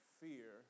fear